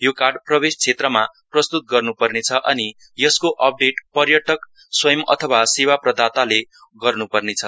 यो कार्ड प्रवेश क्षेत्रमा प्रस्तुत गर्नुपर्ने छ अनि यसको अपडेट पर्यटक स्वंय अथवा सेवा प्रदाताले गर्नु पर्ने छ